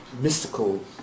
mystical